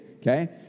Okay